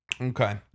Okay